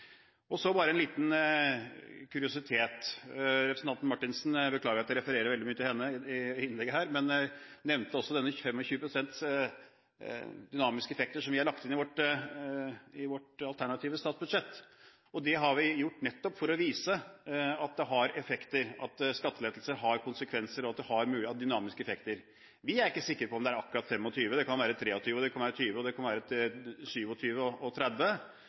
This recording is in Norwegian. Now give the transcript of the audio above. Så bare en liten kuriositet. Representanten Marthinsen – jeg beklager at jeg refererer veldig mye til henne i innlegget her – nevnte også den 25 pst. dynamiske effekten som vi har lagt inn i vårt alternative statsbudsjett. Det har vi gjort nettopp for å vise at det har effekter – at skattelettelser har konsekvenser, og at det har mye av dynamiske effekter. Vi er ikke sikre på om det er akkurat 25 pst. Det kan være 23, det kan være 20, og det kan være